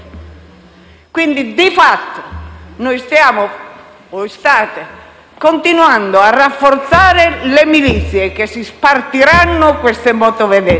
Quindi, di fatto, noi stiamo - anzi, voi state - continuando a rafforzare le milizie, che si spartiranno queste motovedette,